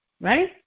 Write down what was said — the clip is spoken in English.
right